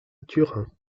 turin